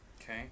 Okay